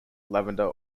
lavender